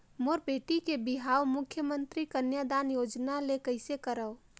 मोर बेटी के बिहाव मुख्यमंतरी कन्यादान योजना ले कइसे करव?